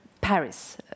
Paris